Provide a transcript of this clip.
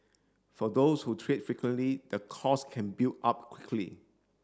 for those who trade frequently the cost can build up quickly